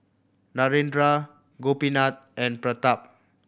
Narendra Gopinath and Pratap